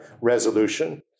resolution